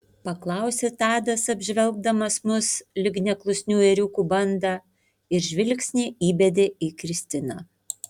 paklausė tadas apžvelgdamas mus lyg neklusnių ėriukų bandą ir žvilgsnį įbedė į kristiną